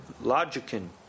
logician